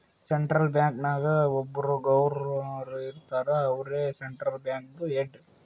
central bank ನಾಗ್ ಒಬ್ಬುರ್ governor ಇರ್ತಾರ ಅವ್ರೇ ಸೆಂಟ್ರಲ್ ಬ್ಯಾಂಕ್ದು ಹೆಡ್